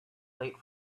late